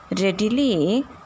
readily